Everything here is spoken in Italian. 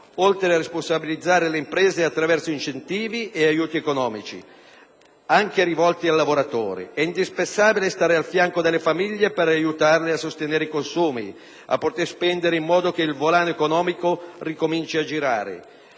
Oltre a responsabilizzare le imprese attraverso incentivi e aiuti economici, anche rivolti ai lavoratori, è indispensabile stare al fianco delle famiglie per aiutarle a sostenere i consumi, a poter spendere in modo che il volano economico ricominci a girare.